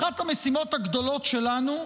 אחת המשימות הגדולות שלנו,